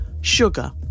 sugar